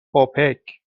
اوپک